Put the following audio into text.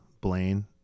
Blaine